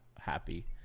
happy